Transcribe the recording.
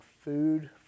food